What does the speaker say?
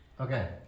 Okay